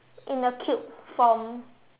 in the cube form